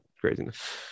craziness